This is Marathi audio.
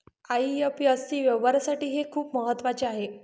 आई.एफ.एस.सी व्यवहारासाठी हे खूप महत्वाचे आहे